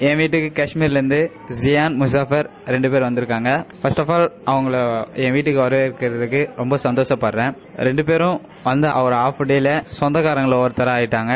என் வீட்டுக்கு காஷ்மீரிலிருந்து ஜியான் முஸாபர் என்ற இரண்டு பேர் வந்திருக்காங்க ஃபஸ்டபால் அவங்கள என் வீட்டுக்கு வரவேற்கிறதுக்கு ரொம்ப சந்தோஷப்படுகிறேன் இரண்டு பேரும் வந்த ஒரு ஆஃப்டேல சொந்தக்காரங்கல்ல ஒருத்தராகிட்டாங்க